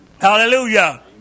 Hallelujah